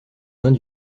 mains